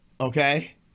Okay